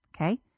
okay